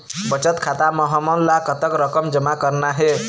बचत खाता म हमन ला कतक रकम जमा करना हे?